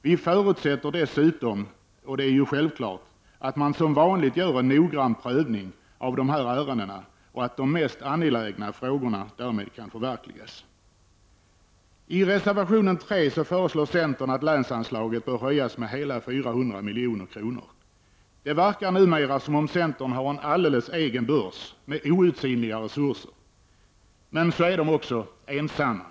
Vi förutsätter dessutom, vilket är självklart, att man som vanligt gör en noggrann prövning av dessa ärenden och att de mest angelägna frågorna därmed kan förverkligas. I reservation 3 föreslår centern att länsanslaget skall höjas med hela 400 milj.kr. Det verkar numera som om centern har en alldeles egen börs med outsinliga resurser. Men så är de också ensamma.